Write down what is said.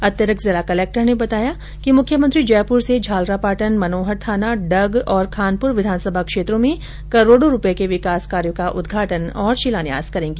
अतिरिक्त जिला कलक्टर ने बताया कि मुख्यमंत्री जयपुर से झालरापाटन मनोहरथाना डग और खानपुर विधानसभा क्षेत्रों में करोड़ों रूपये के विकास कार्यो का उदघाटन और शिलान्यास करेंगी